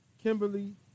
Kimberly